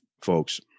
folks